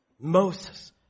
Moses